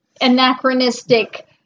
anachronistic